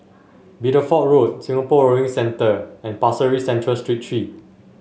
Bideford Road Singapore Rowing Centre and Pasir Ris Central Street Three